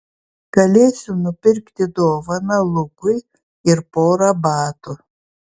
galėsiu nupirkti dovaną lukui ir porą batų